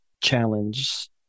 challenge